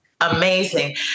Amazing